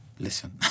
listen